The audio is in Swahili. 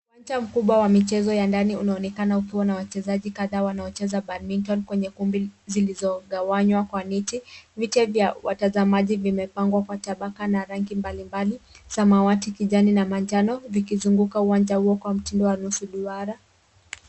Uwanja mkubwa wa michezo ya ndani unaonekana ukiwa na wachezaji kadhaa wanaocheza badminton kwenye ukumbi zilizogawanywa kwa net . Viti vya watazamaji vimepangwa kwa tabaka na rangi mbalimbali: samawati, kijani na manjano, vikizungukwa uwanja huu kwa mtindo wa nusu duara.